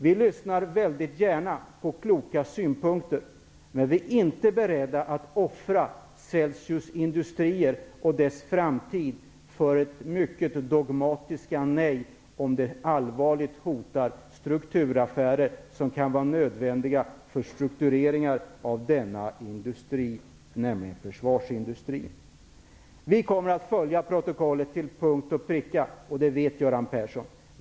Vi lyssnar väldigt gärna på kloka synpunkter, men vi är inte beredda att offra Celsius industrier och dess framtid för ett mycket dogmatiskt nej om det allvarligt hotar strukturaffärer som kan vara nödvändiga för struktureringen av denna industri, nämligen försvarsindustrin. Vi kommer att fullfölja överenskommelsen till punkt och pricka. Det vet Göran Persson.